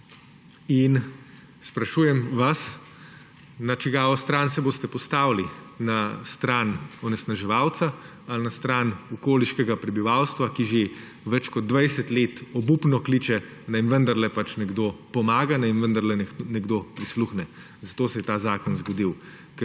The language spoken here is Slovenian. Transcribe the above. Sprašujem vas, na čigavo stran se boste postavili: na stran onesnaževalca ali na stran okoliškega prebivalstva, ki že več kot 20 let obupno kliče, naj vendarle nekdo pomaga, naj vendarle nekdo prisluhne. Zato se je ta zakon zgodil.